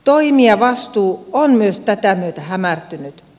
toimijavastuu on myös tätä myötä hämärtynyt